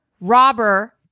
robber